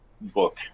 book